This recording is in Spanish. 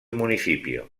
municipio